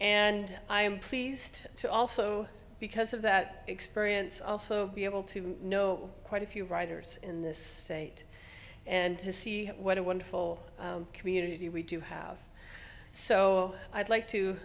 and i am pleased to also because of that experience also be able to know quite a few writers in this state and to see what a wonderful community we do have so i'd like to